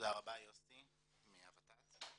אני מהות"ת.